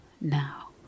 now